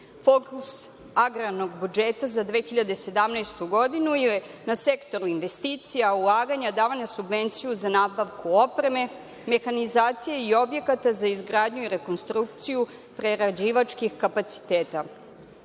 Fokus agrarnog budžeta za 2017. godinu je na sektoru investicija, ulaganja, davanja subvencija za nabavku opreme, mehanizacije i objekata za izgradnju i rekonstrukciju prerađivačkih